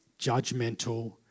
judgmental